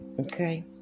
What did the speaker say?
okay